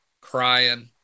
crying